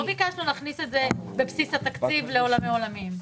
לא ביקשנו להכניס את זה בבסיס התקציב לעולמי עולמים.